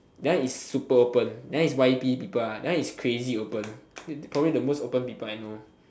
that one is super open that one is yep people one that one is crazy open probably the most open people I know